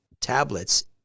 tablets